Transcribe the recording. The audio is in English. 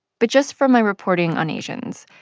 but just from my reporting on asians,